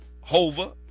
HOVA